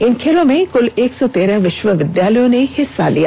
इन खेलों में कुल एक सौं तेरह विश्वविद्यालयों ने भाग लिया